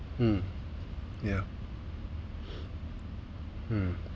mm yeah hmm